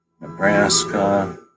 Nebraska